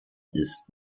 ist